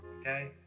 Okay